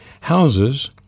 houses